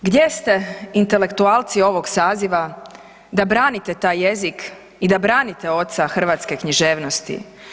Gdje ste, intelektualci ovog saziva da branite taj jezik i da branite oca hrvatske književnosti?